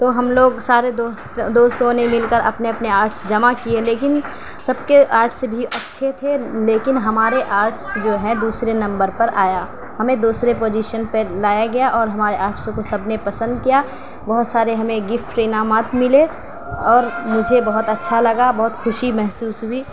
تو ہم لوگ سارے دوست دوستوں نے مل کر اپنے اپنے آرٹس جمع کیے لیکن سب کے آرٹس بھی اچھے تھے لیکن ہمارے آرٹس جو ہیں دوسرے نمبر پر آیا ہمیں دوسرے پوزیشن پہ لایا گیا اور ہمارے آرٹس کو سب نے پسند کیا بہت سارے ہمیں گفٹ انعامات ملے اور مجھے بہت اچّھا لگا بہت خوشی محسوس ہوئی